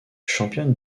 championne